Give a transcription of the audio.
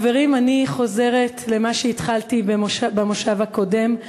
חברים, אני חוזרת למה שהתחלתי במושב הקודם,